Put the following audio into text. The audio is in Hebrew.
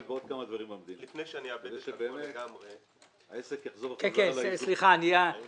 בעוד כמה דברים במדינה כדי שבאמת העסק יחזור --- מה קרה לביטחון?